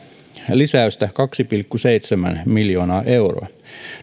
lisäystä kaksi pilkku seitsemän miljoonaa euroa